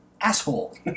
asshole